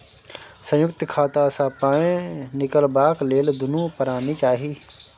संयुक्त खाता सँ पाय निकलबाक लेल दुनू परानी चाही